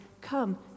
come